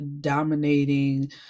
dominating